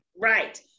Right